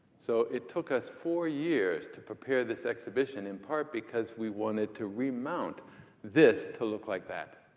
so it took us four years to prepare this exhibition, in part because we wanted to remount this to look like that.